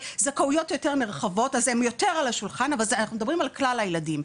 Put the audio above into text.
זכאויות יותר נרחבות אז הם יותר על השולחן אבל אנחנו מדברים על כלל הילדים.